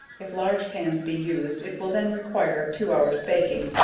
if large pans be used, it will then require two hours baking,